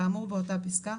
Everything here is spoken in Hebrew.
כאמור באותה פסקה,